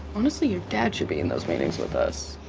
honestly, your dad should be in those meetings with us.